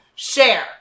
share